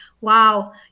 Wow